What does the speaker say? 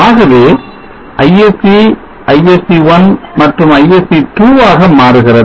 ஆகவே ISC ISC1 மற்றும் ISC2 ஆக மாறுகிறது